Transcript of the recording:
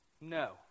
No